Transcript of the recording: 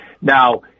Now